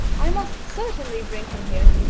i must certainly bring him here.